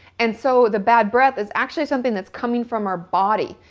and so the bad breath is actually something that's coming from our body.